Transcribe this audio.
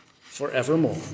forevermore